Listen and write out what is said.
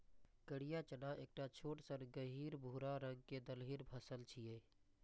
करिया चना एकटा छोट सन गहींर भूरा रंग के दलहनी फसल छियै